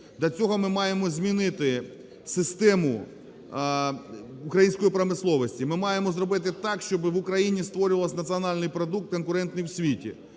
Для цього ми маємо змінити систему української промисловості, ми маємо зробити так, щоб в Україні створювався національний продукт, конкурентний в світі.